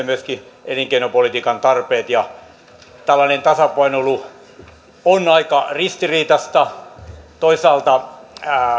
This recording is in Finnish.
myöskin elinkeinopolitiikan tarpeet ja tällainen tasapainoilu on aika ristiriitaista toisaalta